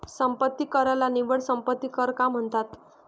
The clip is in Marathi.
संपत्ती कराला निव्वळ संपत्ती कर का म्हणतात?